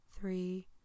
Three